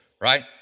right